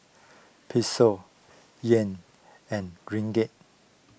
Peso Yuan and Ringgit